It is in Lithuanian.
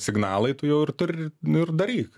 signalai tu jau ir turi nu ir daryk